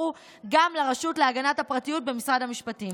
גם לרשות להגנת הפרטיות במשרד המשפטים.